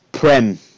Prem